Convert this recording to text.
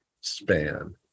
span